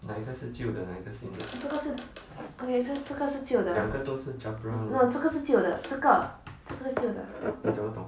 这个是 okay 这个这个是旧的 no 这个是旧的这个这个是旧的